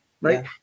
Right